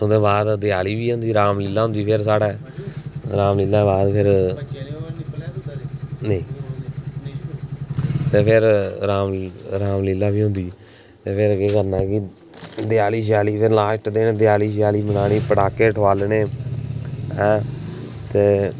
ओह्दे बाद देआली बी होंदी रामलीला होंदी फिर साढ़े रामलीला बाद ते फिर रामलीला बी होंदी ते फिर केह् करना कि देआली शेआली फिर लास्ट दिन देआली शेआली मनानी ते पटाखे ठोआलने ऐं ते